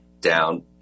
down